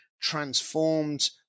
transformed